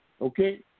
Okay